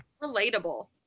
relatable